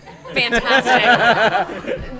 Fantastic